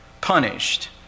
punished